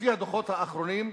לפי הדוחות האחרונים,